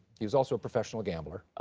he was also a professional gambler.